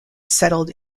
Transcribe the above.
settled